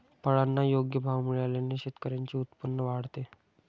फळांना योग्य भाव मिळाल्याने शेतकऱ्यांचे उत्पन्न वाढते